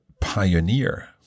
pioneer